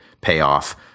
payoff